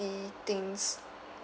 ~ty things